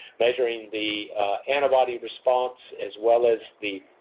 measuring the antibody response as well as the